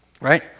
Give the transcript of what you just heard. Right